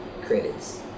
credits